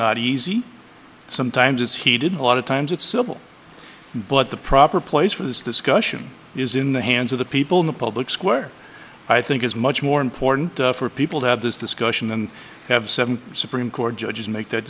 not easy sometimes as he did a lot of times it's civil but the proper place for this discussion is in the hands of the people in the public square i think is much more important for people to have this discussion than have seven supreme court judges make that